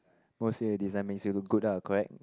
mostly a design makes you look good ah correct